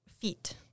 feet